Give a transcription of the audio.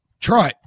Troy